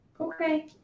Okay